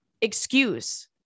excuse